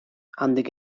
handik